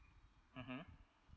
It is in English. mmhmm